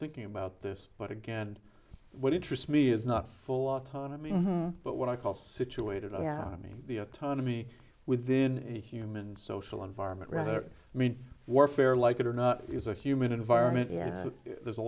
thinking about this but again what interests me is not full autonomy but what i call situated out i mean the autonomy within a human social environment rather i mean warfare like it or not is a human environment and so there's a